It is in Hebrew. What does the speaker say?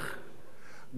גם ההפרטות